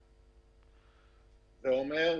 אמיר?